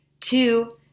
Two